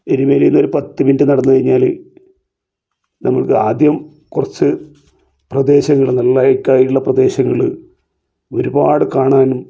എരുമേലിന്ന് ഒരു പത്തു മിനിറ്റ് നടന്നു കഴിഞ്ഞാല് നമുക്ക് ആദ്യം കുറച്ച് പ്രദേശങ്ങള നല്ല ഹൈക്ക് ആയിട്ടുള്ള പ്രദേശങ്ങള് ഒരുപാട് കാണാനും